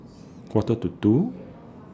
Quarter to two